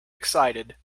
excited